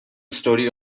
story